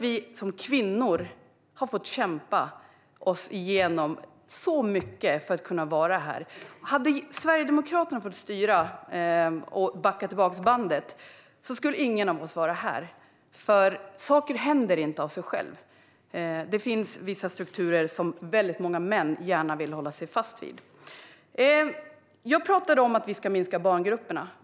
Vi kvinnor har fått kämpa oss igenom så mycket för att kunna vara här. Om Sverigedemokraterna hade fått styra och backa tillbaka bandet skulle ingen av oss vara här, för saker händer inte av sig själva. Det finns vissa strukturer som väldigt många män gärna vill hålla kvar vid. Jag talade om att vi ska minska barngrupperna.